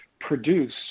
produce